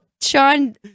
sean